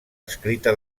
escrita